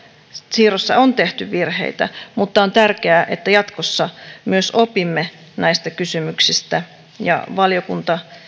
siirrossa on tehty virheitä mutta on tärkeää että jatkossa myös opimme näistä kysymyksistä ja valiokunta